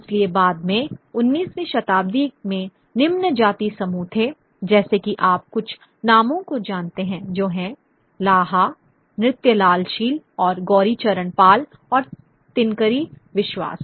इसलिए बाद में 19वीं शताब्दी में निम्न जाति समूह थे जैसे कि आप कुछ नामों को जानते हैं जो हैं लाहा नृत्यलाल शील और गौरीचरण पाल और तिनकरी विश्वास